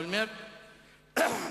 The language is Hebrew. אולמרט,